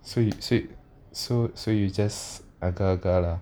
so you said so so you just agak-agak lah